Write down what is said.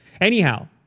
Anyhow